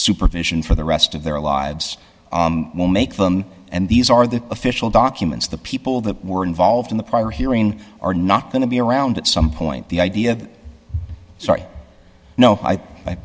supervision for the rest of their lives will make them and these are the official documents the people that were involved in the prior hearing are not going to be around at some point the idea of sorry no i